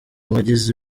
bagize